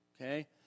okay